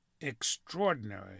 extraordinary